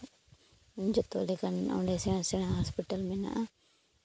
ᱡᱚᱛᱚ ᱞᱮᱠᱟᱱ ᱚᱸᱰᱮ ᱥᱮᱬᱟ ᱥᱮᱬᱟ ᱦᱚᱯᱤᱴᱟᱞ ᱢᱮᱱᱟᱜᱼᱟ